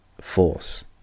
force